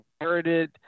inherited